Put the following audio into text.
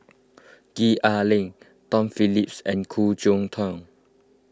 Gwee Ah Leng Tom Phillips and Khoo Cheng Tiong